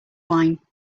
wine